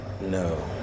No